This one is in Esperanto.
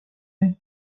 kaj